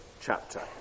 chapter